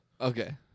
Okay